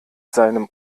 seinem